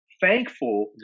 thankful